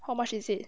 how much is it